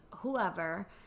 Whoever